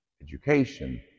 education